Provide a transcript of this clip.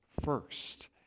first